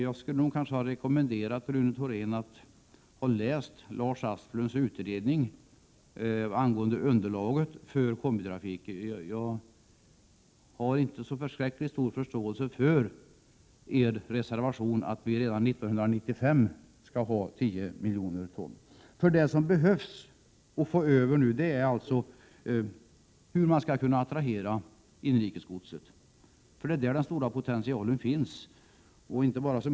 Jag skulle kanske ha rekommenderat Rune Thorén att läsa Lars Asklunds utredning angående underlaget för kombitrafik. Jag har inte så stor förståelse för er reservation som går ut på att vi redan 1995 skall ha 10 miljoner ton. Problemet nu är hur man skall kunna attrahera inrikesgodset — det är där den stora potentialen finns.